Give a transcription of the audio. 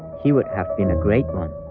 he would have been a great one.